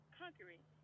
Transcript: conquering